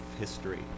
history